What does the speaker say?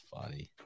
funny